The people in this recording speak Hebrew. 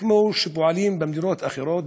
כמו במדינות אחרות,